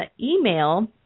email